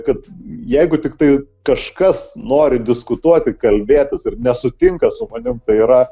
kad jeigu tiktai kažkas nori diskutuoti kalbėtis ir nesutinka su manim tai yra